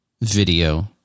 video